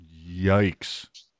yikes